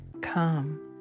Come